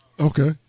Okay